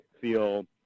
feel